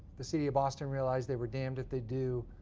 the city of boston realized they were damned if they do,